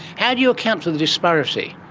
how do you account for the disparity?